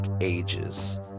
ages